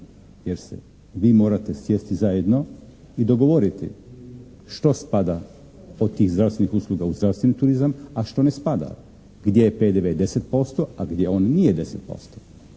jer se vi morate sjesti zajedno i dogovoriti što spada od tih zdravstvenih usluga u zdravstveni turizam, a što ne spada. Gdje je PDV 10%, a gdje on nije 10%.